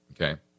Okay